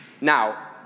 Now